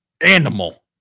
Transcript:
animal